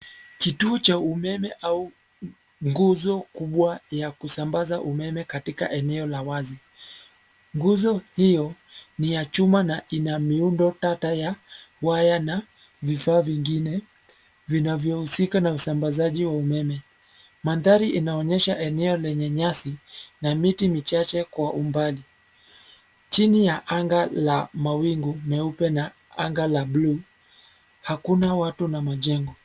Kituo cha umeme au, nguzo kubwa ya kusambaza umeme katika eneo la wazi, nguzo hio, ni ya chuma na ina miundo tata ya, waya na, vifaa vingine, vinavyohusika na usambazaji wa umeme, mandhari inaonyesha eneo lenye nyasi, na miti michache kwa umbali, chini ya anga la mawingu meupe na anga la bluu, hakuna watu na majengo.